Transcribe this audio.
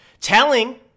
telling